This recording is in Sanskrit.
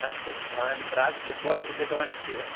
अस्तु भवान् प्राक् फ़ुट्बाल् क्रीडितवान् अस्ति वा